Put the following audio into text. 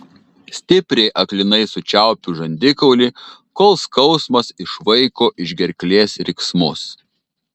stipriai aklinai sučiaupiu žandikaulį kol skausmas išvaiko iš gerklės riksmus